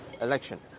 election